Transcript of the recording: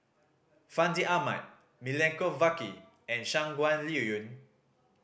Fandi Ahmad Milenko Prvacki and Shangguan Liuyun